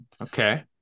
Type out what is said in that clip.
Okay